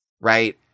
right